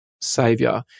savior